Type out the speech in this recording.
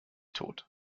tot